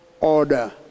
order